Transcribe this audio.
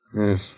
Yes